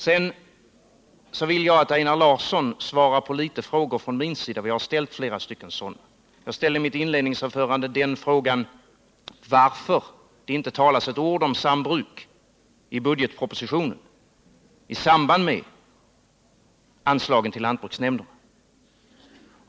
Sedan vill jag att Einar Larsson svarar på litet frågor från min sida, för jag har ställt flera sådana. Jag ställde i mitt inledningsanförande frågan varför det inte talas ett ord om sambruk i budgetpropositionen i samband med anslagen till lantbruksnämnderna.